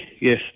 yes